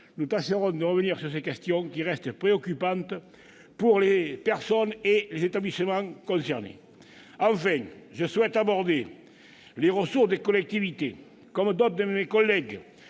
Nous tâcherons de revenir sur ces questions, qui restent préoccupantes pour les personnes et les établissements concernés. Enfin, je souhaite aborder les ressources des collectivités. Comme d'autres de mes collègues,